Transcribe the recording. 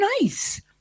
nice